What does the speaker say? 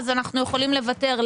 אנחנו יכולים לוותר.